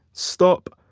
stop,